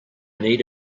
need